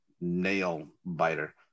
nail-biter